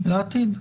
לעתיד.